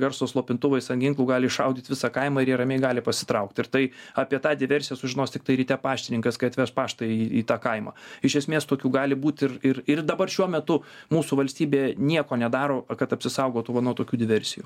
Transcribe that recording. garso slopintuvais ant ginklų gali iššaudyt visą kaimą ir jie ramiai gali pasitraukt ir tai apie tą diversiją sužinos tiktai ryte paštininkas kai atveš paštą į į tą kaimą iš esmės tokių gali būt ir ir ir dabar šiuo metu mūsų valstybė nieko nedaro kad apsisaugotų va nuo tokių diversijų